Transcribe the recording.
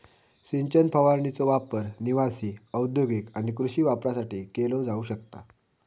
सिंचन फवारणीचो वापर निवासी, औद्योगिक आणि कृषी वापरासाठी केलो जाऊ शकता